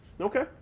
Okay